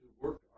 work